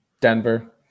Denver